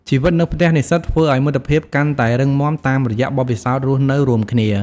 ជីវិតនៅផ្ទះនិស្សិតធ្វើឲ្យមិត្តភាពកាន់តែរឹងមាំតាមរយៈបទពិសោធន៍រស់នៅរួមគ្នា។